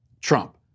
Trump